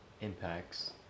impacts